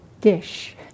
dish